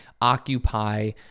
occupy